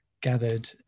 gathered